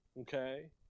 Okay